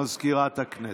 מזכירת הכנסת.